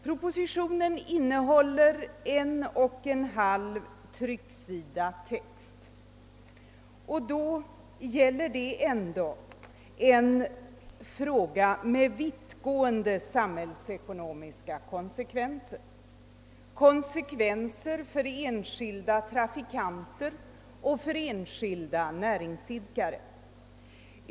Propositionen innehåller en och en halv trycksida text, trots att det ändock rör sig om en fråga med vittgående samhällsekonomiska konsekvenser — konsekvenser för enskilda trafikanter och för enskilda näringsidkare.